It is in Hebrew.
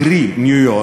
קרי ניו-יורק,